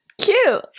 Cute